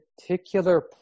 particular